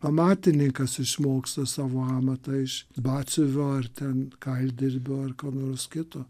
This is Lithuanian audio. amatininkas išmoksta savo amatą iš batsiuvio ar ten kaildirbio ar ko nors kito